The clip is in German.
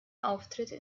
auftritte